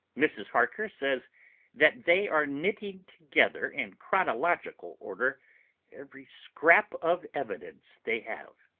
mrs. harker says that they are knitting together in chronological order every scrap of evidence they have.